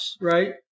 right